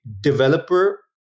developer